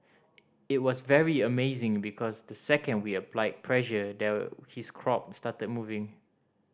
it was very amazing because the second we applied pressure there his crop started moving